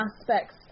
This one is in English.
aspects